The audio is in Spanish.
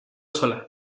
sola